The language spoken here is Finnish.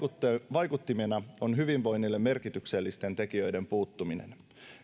vaikuttimena on hyvinvoinnille merkityksellisten tekijöiden puuttuminen